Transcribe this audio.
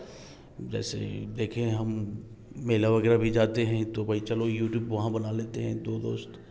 जैसे देखे हैं हम मेला वगैरह भी जाते हैं तो भाई चलो यूटूब वहाँ बना लेते हैं दो दोस्त